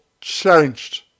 changed